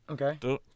Okay